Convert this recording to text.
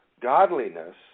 godliness